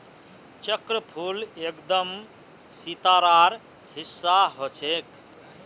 चक्रफूल एकदम सितारार हिस्सा ह छेक